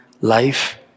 life